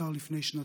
שנפטר לפני שנתיים.